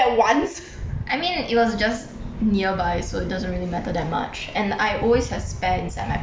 I mean it was just nearby so it doesn't really matter that much and I always have spare inside my bag